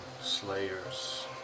slayers